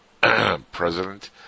president